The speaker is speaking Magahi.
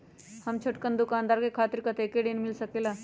हम छोटकन दुकानदार के खातीर कतेक ऋण मिल सकेला?